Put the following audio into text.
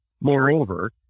moreover